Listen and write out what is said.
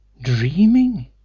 dreaming